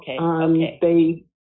okay